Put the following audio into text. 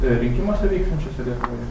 rinkimuose vyksiančiuose lietuvoje